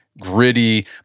gritty